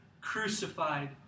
crucified